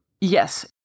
Yes